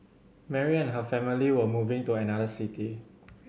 Mary and her family were moving to another city